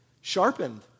sharpened